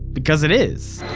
because it is.